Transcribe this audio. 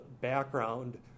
background